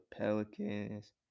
Pelicans